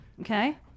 okay